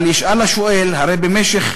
אבל ישאל השואל: הרי במשך